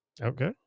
okay